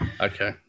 Okay